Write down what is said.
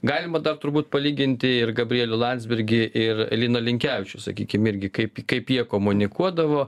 galima dar turbūt palyginti ir gabrielių landsbergį ir liną linkevičių sakykim irgi kaip kaip jie komunikuodavo